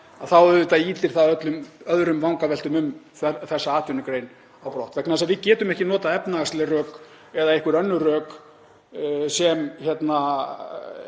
þar þá auðvitað ýtir það öllum öðrum vangaveltum um þessa atvinnugrein á brott, vegna þess að við getum ekki notað efnahagsleg rök eða einhver önnur rök sem